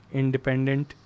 independent